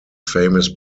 famous